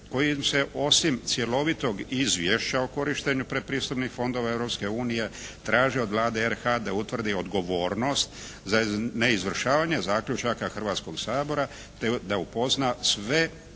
kojim se osim cjelovitog izvješća o korištenju pretpristupnih fondova Europske unije traži od Vlade RH da utvrdi odgovornost za neizvršavanje zaključaka Hrvatskog sabora, te da upozna sve